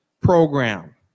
program